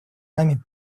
нами